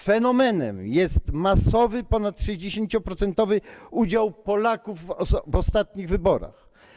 Fenomenem jest masowy, ponad 60-procentowy udział Polaków w ostatnich wyborach.